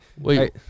Wait